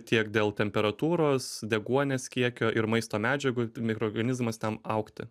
tiek dėl temperatūros deguonies kiekio ir maisto medžiagų mikroorganizmams ten augti